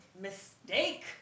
mistake